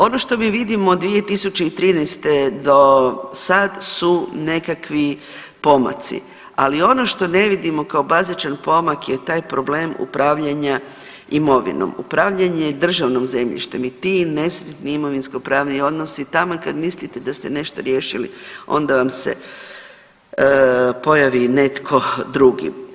Ono što mi vidimo 2013. do sad su nekakvi pomaci, ali ono što ne vidimo kao bazičan pomak je taj problem upravljanja imovinom, upravljanje državnim zemljištem i ti nesretni imovinskopravni odnosi, taman kad mislite da ste nešto riješili, onda vam se pojavi netko drugi.